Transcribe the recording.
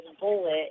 bullet